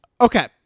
Okay